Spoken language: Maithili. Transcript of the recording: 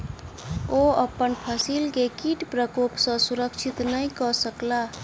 ओ अपन फसिल के कीट प्रकोप सॅ सुरक्षित नै कय सकला